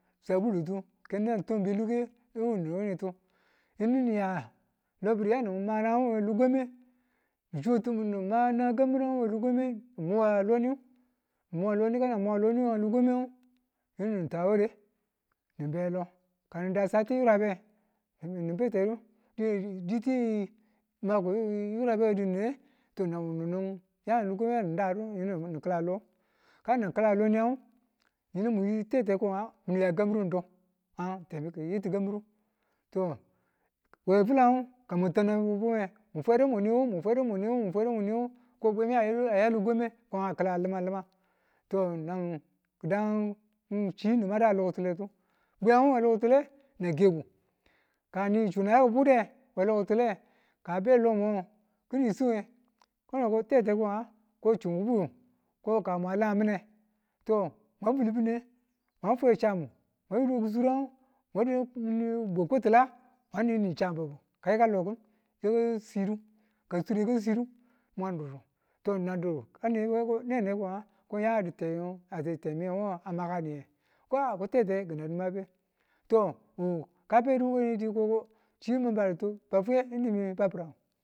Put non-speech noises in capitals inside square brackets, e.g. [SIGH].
Sai ke ninan twan be luge [UNINTELLIGIBLE] yinu niya lobiri yanu manangu we lo gwombe ni chutumu ni ma nagang kambi̱ran we lo gwombe ng muba loniyo ka na muba loniyuwe lo gwombe nge yi nitaware ni belo kani da sati yurab be ni betedu diti [UNINTELLIGIBLE] ng yurab ngu aduni mine, ng nang niya lo gwombe dadu yinu ni kilalo kan ngu ni ki̱la loniyan, ngu yinu mwi tete ko nga ng yakambiru ng diu ng temi ki yi ti kambiru to we filan ngu kamwa tanin bume mu fwedu mu niwu mu fwedu mu niwu mu fwedu mu niwu ko bwemi aya Lo gwombe a ki̱la li̱mang li̱mang to nan kịdan chini mada lo ki̱tuletu bwiyan ngu we lo ki̱tule na kebu. Kani chun yaki bude we lo ki̱tule kabe lomo ki̱ni̱n sin nge kono ko tete ko nga ko chunnu ku buyu ko ka mwan la mine to ma bunubu, mwa fwe chamu mwa yodu we kusurang mwa dwe bwau kwatila mwa nini̱ chambubu yu ka yika lokin yaka cidu ka sur nge yaka cidu mwandidu to nangdudu ka ni nga ko nene ko nga ko a ya di temi a makaniye ko nga tete kina di mabe to wuka bedu wukane kidi ko chi ng baditu nimi ba fwi̱ye nimi ba bi̱rang